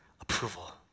approval